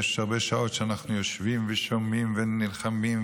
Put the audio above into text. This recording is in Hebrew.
יש הרבה שעות שאנחנו יושבים ושומעים ונלחמים,